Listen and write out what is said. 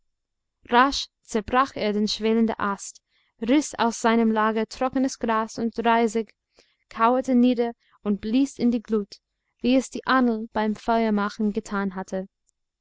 zerbrach er den schwelenden ast riß aus seinem lager trockenes gras und reisig kauerte nieder und blies in die glut wie es die ahnl beim feuermachen getan hatte